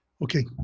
Okay